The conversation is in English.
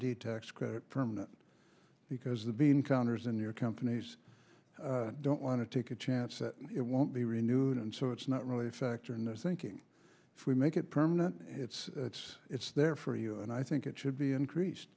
d tax credit permanent because the bean counters in your companies don't want to take a chance that it won't be renewed and so it's not really a factor in this thinking if we make it permanent it's it's it's there for you and i think it should be increased